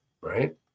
right